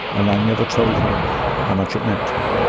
and i never told him how much it meant to me,